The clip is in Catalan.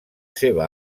seva